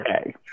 okay